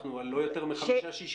אנחנו לא יותר מ-5%-6%,